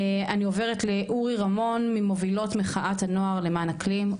אני עוברת לאורי רמון ממובילות מחאת הנוער למען האקלים,